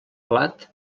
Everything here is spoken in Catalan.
plat